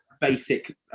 basic